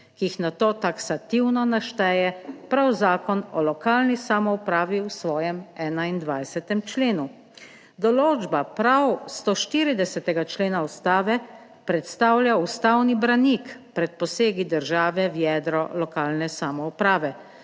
ki jih nato taksativno našteje prav Zakon o lokalni samoupravi v svojem 21. členu. Določba prav 140. člena Ustave predstavlja ustavni branik pred posegi države v jedro lokalne samouprave.